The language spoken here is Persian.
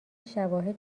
شواهد